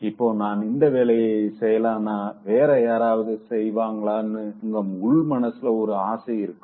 இப்ப நான இந்த வேலைய செய்யலனா வேற யாராவது செய்வாங்கன்னு உங்க உள்மனசுல ஒரு ஆசை இருக்கும்